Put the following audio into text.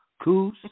Coos